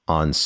on